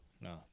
No